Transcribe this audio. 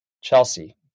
chelsea